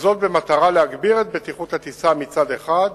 במטרה להגביר את בטיחות הטיסה מצד אחד,